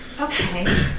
Okay